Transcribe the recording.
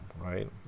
right